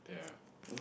yeah